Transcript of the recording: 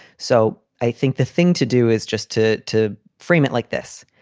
so i think the thing to do is just to to frame it like this.